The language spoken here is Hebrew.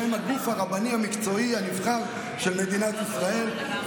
שהם הגוף הרבני המקצועי הנבחר של מדינת ישראל,